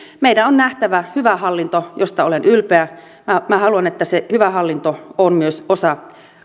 meidän on nähtävä hyvä hallinto josta olen ylpeä minä minä haluan että se hyvä hallinto on myös osa